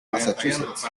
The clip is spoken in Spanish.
massachusetts